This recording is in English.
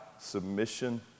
submission